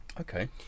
Okay